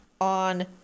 on